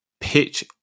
pitch